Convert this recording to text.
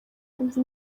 umva